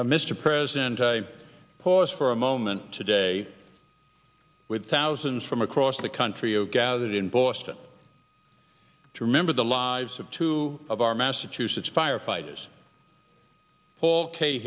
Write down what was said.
mr president i pause for a moment today with thousands from across the country of gathered in boston to remember the lives of two of our massachusetts firefighters